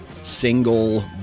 single